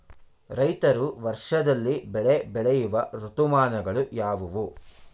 ರೈತರು ವರ್ಷದಲ್ಲಿ ಬೆಳೆ ಬೆಳೆಯುವ ಋತುಮಾನಗಳು ಯಾವುವು?